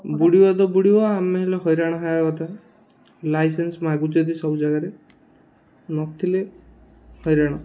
ବୁଡ଼ିବ ତ ବୁଡ଼ିବ ଆମେ ହେଲେ ହଇରାଣ ହେବା କଥା ଲାଇସେନ୍ସ ମାଗୁଛନ୍ତି ସବୁ ଜାଗାରେ ନଥିଲେ ହଇରାଣ